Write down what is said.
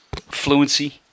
fluency